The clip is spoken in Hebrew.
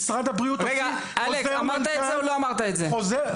משרד הבריאות הוציא חוזר מנכ"ל.